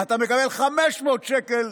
אתה מקבל 500 שקל